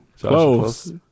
Close